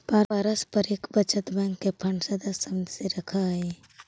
पारस्परिक बचत बैंक के फंड सदस्य समित्व से रखऽ हइ